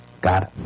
God